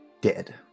dead